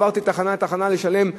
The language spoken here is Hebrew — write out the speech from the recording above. עברתי מתחנה לתחנה כדי לשלם,